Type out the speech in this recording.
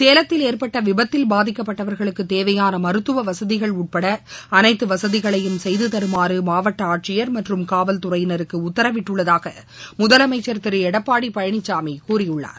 சேலத்தில் ஏற்பட்ட விபத்தில் பாதிக்கப்பட்டவர்களுக்கு தேவையான மருத்துவ வசதிகள் உட்பட அளைத்து வசதிகளையும் செய்து தருமாறு மாவட்ட ஆட்சியர் மற்றும் காவல்துறையினருக்கு உத்தரவிட்டுள்ளதாக முதலமைச்சர் திரு எடப்பாடி பழனிசாமி கூறியுள்ளார்